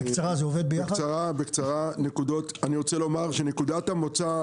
אני רוצה לומר שנקודת המוצא,